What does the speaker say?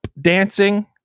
dancing